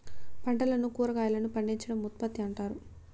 పంటలను కురాగాయలను పండించడం ఉత్పత్తి అంటారు